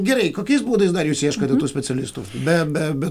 gerai kokiais būdais dar jūs ieškote tų specialistų be be be